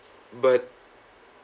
but